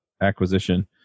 acquisition